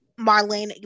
Marlene